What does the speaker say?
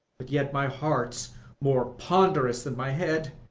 but yet my heart's more ponderous than my head,